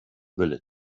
village